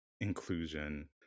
inclusion